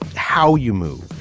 ah how you move,